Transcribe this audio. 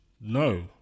No